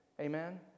Amen